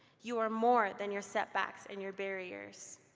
you are more than your setbacks and your barriers.